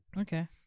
Okay